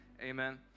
Amen